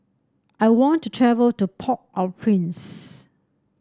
I want to travel to Port Au Prince